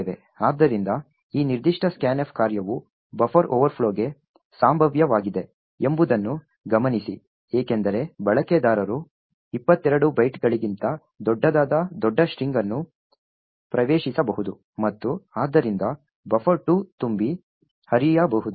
ಆದ್ದರಿಂದ ಈ ನಿರ್ದಿಷ್ಟ scanf ಕಾರ್ಯವು ಬಫರ್ ಓವರ್ಫ್ಲೋಗೆ ಸಂಭಾವ್ಯವಾಗಿದೆ ಎಂಬುದನ್ನು ಗಮನಿಸಿ ಏಕೆಂದರೆ ಬಳಕೆದಾರರು 22 ಬೈಟ್ಗಳಿಗಿಂತ ದೊಡ್ಡದಾದ ದೊಡ್ಡ ಸ್ಟ್ರಿಂಗ್ ಅನ್ನು ಪ್ರವೇಶಿಸಬಹುದು ಮತ್ತು ಆದ್ದರಿಂದ buffer2 ತುಂಬಿ ಹರಿಯಬಹುದು